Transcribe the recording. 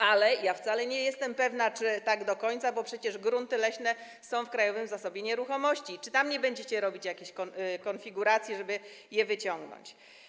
Ale wcale nie jestem pewna, czy tak do końca - bo przecież grunty leśne są w Krajowym Zasobie Nieruchomości - i czy nie będziecie robić jakichś konfiguracji, żeby je stamtąd wyciągnąć.